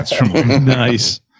Nice